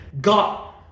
god